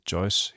Joyce